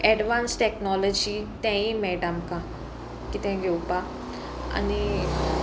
advance technology तेंय मेळटा आमकां कितें घेवपाक आनी